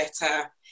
better